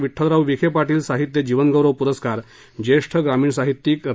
विव्वलराव विखे पाटील साहित्य जीवनगौरव पुरस्कार जेष्ठ ग्रामीण साहित्यीक रा